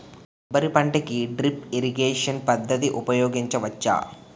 కొబ్బరి పంట కి డ్రిప్ ఇరిగేషన్ పద్ధతి ఉపయగించవచ్చా?